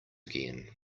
again